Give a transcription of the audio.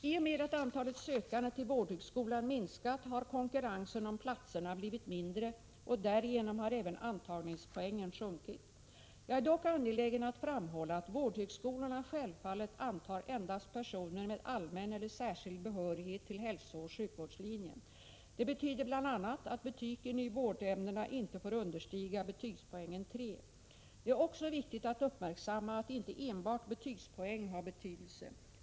I och med att antalet sökande till vårdhögskolan minskat har konkurrensen om platserna blivit mindre, och därigenom har även antagningspoängen sjunkit. Jag är dock angelägen att framhålla att vårdhögskolorna självfallet antar endast personer med allmän eller särskild behörighet till hälsooch sjukvårdslinjen. Det betyder bl.a. att betygen i vårdämnena inte får understiga betygspoängen 3. Det är också viktigt att uppmärksamma att inte enbart betygspoäng har betydelse.